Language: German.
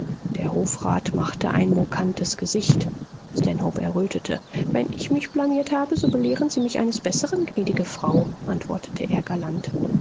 der hofrat machte ein mokantes gesicht stanhope errötete wenn ich mich blamiert habe so belehren sie mich eines bessern gnädige frau antwortete er